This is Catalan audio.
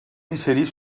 inserir